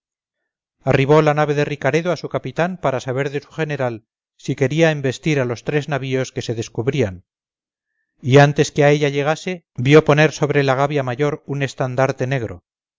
arribó la nave de ricaredo a su capitán para saber de su general si quería embestir a los tres navíos que se descubrían y antes que a ella llegase vio poner sobre la gavia mayor un estandarte negro